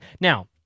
Now